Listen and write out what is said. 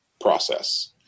process